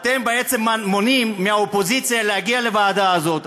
אתם בעצם מונעים מהאופוזיציה להגיע לוועדה הזאת.